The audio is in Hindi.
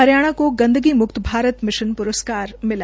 हरियाणा को गंदगी मुक्त भारत मिशन प्रस्कार मिला